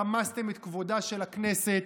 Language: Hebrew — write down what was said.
רמסתם את כבודה של הכנסת,